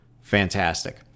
fantastic